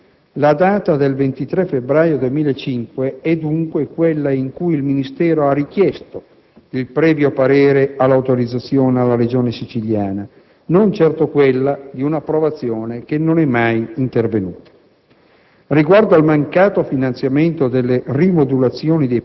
Contrariamente a quanto si afferma nell'atto in esame, la data del 23 febbraio 2005 è, dunque, quella in cui il Ministero ha richiesto il previo parere all'autorizzazione alla Regione Siciliana, non certo quella di un'approvazione che non è mai intervenuta.